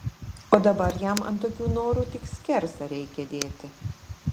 o dabar jam ant tokių norų tik skersą reikia dėti